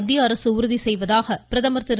மத்திய அரசு உறுதி செய்வதாக பிரதமர் திரு